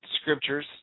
scriptures